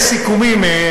יש סיכומים,